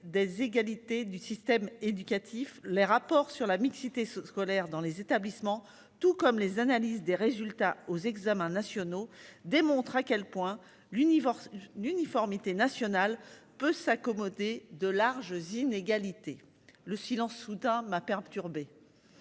Des égalités du système éducatif. Les rapports sur la mixité scolaire dans les établissements, tout comme les analyses des résultats aux examens nationaux démontre à quel point l'univers n'uniformité nationale peut s'accommoder de larges Zine égalité le silence soudain m'a perturbé.